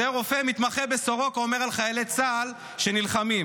זה רופא מתמחה בסורוקה אומר על חיילי צה"ל שנלחמים.